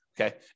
okay